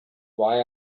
why